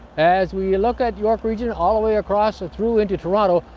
as we look at york region, all the way across ah through into toronto,